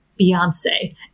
Beyonce